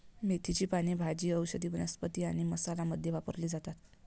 मेथीची पाने भाजी, औषधी वनस्पती आणि मसाला मध्ये वापरली जातात